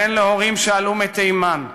בן להורים שעלו מתימן,